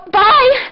bye